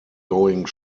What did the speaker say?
going